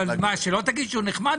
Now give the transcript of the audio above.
שלא תגיד שהוא נחמד,